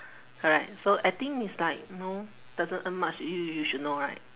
correct so I think is like you know doesn't earn much you you you you should know right